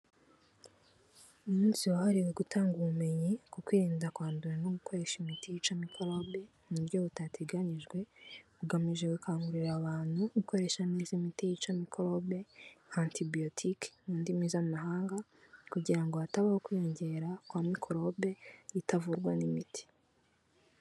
Umunsi wahariwe gutanga ubumenyi ku kwirinda kwandura no gukoresha imiti yicaa mikorobe mu buryo butateganyijwe, bugamije gukangurira abantu gukoresha neza imiti yica mikorobe antibiyotike mu ndimi z'amahanga kugira ngo hatabaho kwiyongera kwa mikorobe itavurwa n'imiti.